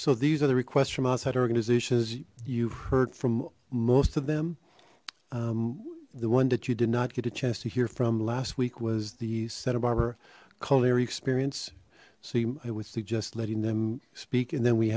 so these are the requests from outside organizations you've heard from most of them the one that you did not get a chance to hear from last week was the santa barbara culinary experience so i would suggest letting them speak and then we